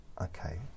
Okay